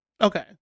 Okay